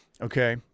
Okay